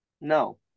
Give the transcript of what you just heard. No